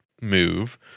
move